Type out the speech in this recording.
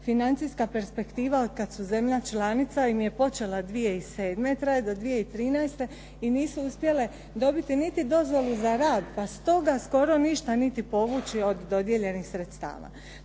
Financijska perspektiva kad su zemlja članica im je počela 2007. Traje do 2013. i nisu uspjele dobiti niti dozvolu za rad, pa stoga skoro ništa niti povući od dodijeljenih sredstava.